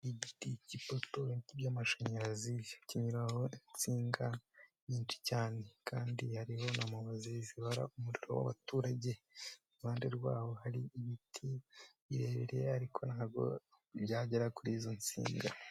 Ibiti by'ipoto by'amashanyarazi binyuraho insinga nyinshi cyane kandi hariho na mubazi zibara umuriro w'abaturage iruhande rwabo ,hari ibiti birebire ariko ntabwo byagera kuri izo nsinga.